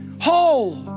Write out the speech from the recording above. whole